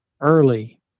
early